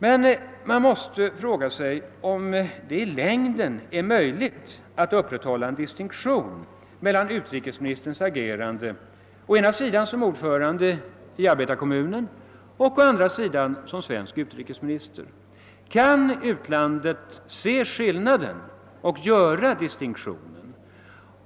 Man måste emellertid fråga sig om det i längden är möjligt att upprätthålla en distinktion mellan utrikesministerns agerande som å ena sidan ordförande i arbetarekommunen och å den andra som svensk utrikesminister. Kan utlandet se skillnaden och göra distinktionen?